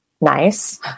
nice